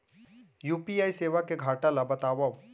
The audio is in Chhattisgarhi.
यू.पी.आई सेवा के घाटा ल बतावव?